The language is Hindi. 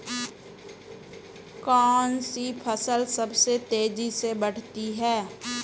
कौनसी फसल सबसे तेज़ी से बढ़ती है?